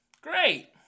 Great